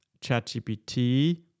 ChatGPT